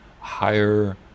higher